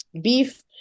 beef